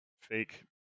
fake